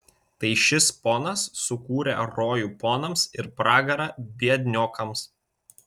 tai šis ponas sukūrė rojų ponams ir pragarą biedniokams